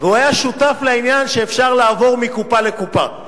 והיה שותף לעניין שאפשר לעבור מקופה לקופה.